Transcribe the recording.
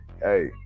Hey